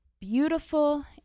beautiful